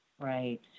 Right